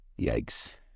Yikes